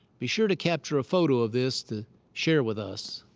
be sure to capture a photo of this to share with us.